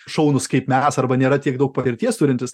šaunūs kaip mes arba nėra tiek daug patirties turintys